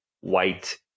white